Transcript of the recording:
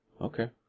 Okay